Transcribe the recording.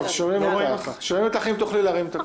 אם מתקבל הסבר שמניח על הדעת לא נמשכת אכיפה.